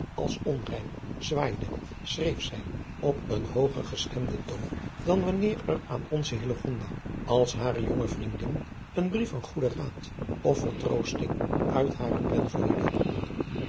als onrijm zwaaide schreef zij op een hooger gestemden toon dan wanneer er aan onze hillegonda als hare jonge vriendin een brief van goeden raad of vertroosting uit hare pen vloeide